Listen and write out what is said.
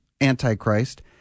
Antichrist